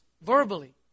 verbally